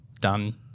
done